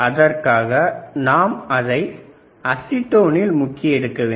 அதற்காக நாம் அதனை அசிட்டோனில் முக்கி எடுக்க வேண்டும்